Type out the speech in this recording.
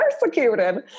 persecuted